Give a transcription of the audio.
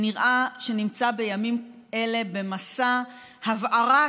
שנראה שנמצא בימים אלה במסע הבערת